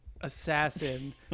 assassin